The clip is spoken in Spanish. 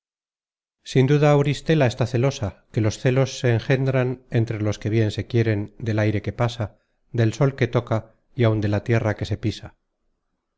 sin duda auristela está celosa que los celos se engendran entre los que bien se quieren del aire que pasa del sol que toca y áun de la tierra que se pisa